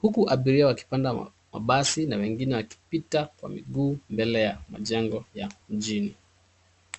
huku abiria wakipanda mabasi na wengine wakipita kwa miguu mbele ya majengo ya mjini.